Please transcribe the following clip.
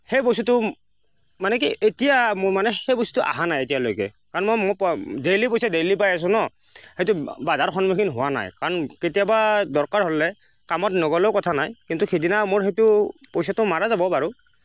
সেই বস্তুটো মানে কি এতিয়া মোৰ মানে সেই বস্তুটো অহা নাই এতিয়ালৈকে কাৰণ মই দেইলি পইচা দেইলি পাই আছো ন সেইটো বাধাৰ সন্মুখীন হোৱা নাই কাৰণ কেতিয়াবা দৰকাৰ হ'লে কামত নগ'লেও কথা নাই কিন্তু সেইদিনা মোৰ সেইটো পইচাটো মাৰা যাব বাৰু